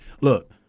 Look